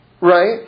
right